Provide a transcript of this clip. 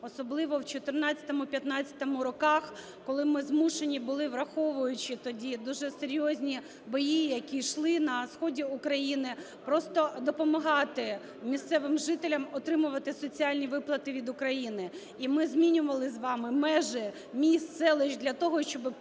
особливо в 2014-2015 роках, коли ми змушені були, враховуючи тоді дуже серйозні бої, які йшли на сході України, просто допомагати місцевим жителям отримувати соціальні виплати від України. І ми змінювали з вами межі міст, селищ для того, щоб перепорядкувати